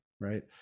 right